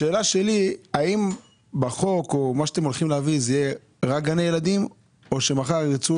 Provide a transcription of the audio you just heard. השאלה שלי היא האם בחוק זה יהיה רק גני ילדים או שמחר ירצו